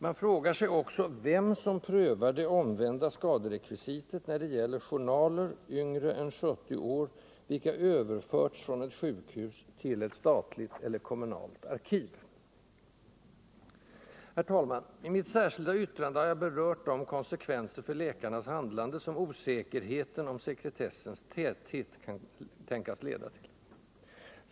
Man frågar sig också vem som prövar det omvända skaderekvisitet när det gäller journaler yngre än 70 år, vilka överförts från ett sjukhus till ett statligt eller kommunalt arkiv. Herr talman! I mitt särskilda yttrande har jag berört de konsekvenser för läkarnas handlande, som osäkerheten om sekretessens ”täthet” kan tänkas leda till.